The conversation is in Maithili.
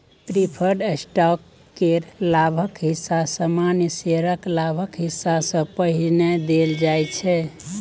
प्रिफर्ड स्टॉक केर लाभक हिस्सा सामान्य शेयरक लाभक हिस्सा सँ पहिने देल जाइ छै